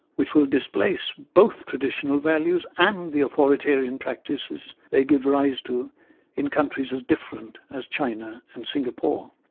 which will displace both traditional values and the authoritarian practices they give rise to in countries as different as china and singapore?